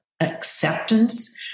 acceptance